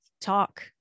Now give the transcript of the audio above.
talk